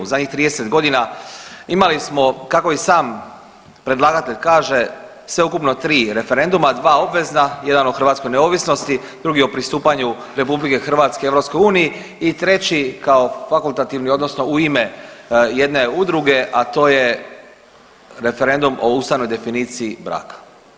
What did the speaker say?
U zadnjih 30 godina imali smo kako i sam predlagatelj kaže sveukupno 3 referenduma, 2 obvezna jedan o hrvatskoj neovisnosti, drugi o pristupanju RH EU i treći kao fakultativni odnosno u ime jedne udruge, a to je referendum o ustavnoj definiciji braka.